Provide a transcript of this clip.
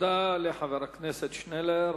תודה לחבר הכנסת שנלר.